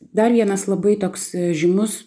dar vienas labai toks žymus